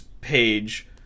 page